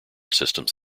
systems